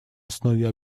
основе